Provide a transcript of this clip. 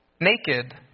naked